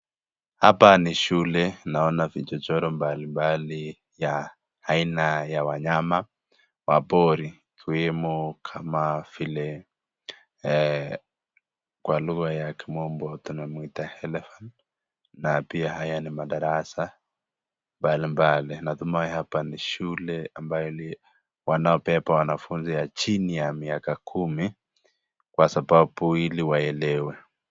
Hapa ni shule, naona vichochoro mbali mbali ya aina ya wanyama wapori. Ikiwemo kama vile kwa lugha ya kimombo tunamuita Elephant na pia haya ni madarasa mbali mbali. Natumai hapa ni shule ambaye wanao beba wanafunzi ya chini ya miaka kumi kwa sababu ili waelewe.